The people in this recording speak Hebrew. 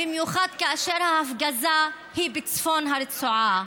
במיוחד כאשר ההפגזה היא בצפון הרצועה.